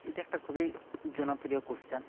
এটা একটা খুবই জনপ্রিয় কোশ্চেন